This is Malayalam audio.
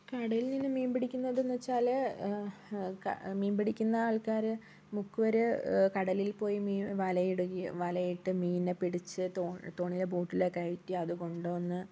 കടലിൽ മീൻ പിടിക്കുന്നതെന്ന് വച്ചാൽ മീൻ പിടിക്കുന്ന ആൾക്കാർ മുക്കുവർ കടലിൽ പോയി മീൻ വലയിടുകയും വലയിട്ട് മീനിനെ പിടിച്ച് തോണി തോണിയിലോ ബോട്ടിലൊക്കെ ആയിട്ട് അത് കൊണ്ടുവന്ന്